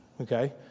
okay